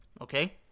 okay